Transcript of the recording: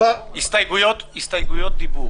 הסתייגויות דיבור